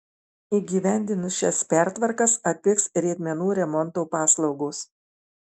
įgyvendinus šias pertvarkas atpigs riedmenų remonto paslaugos